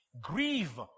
Grieve